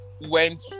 went